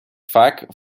vaak